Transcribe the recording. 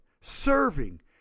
serving